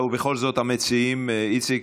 ובכל זאת, המציעים, איציק,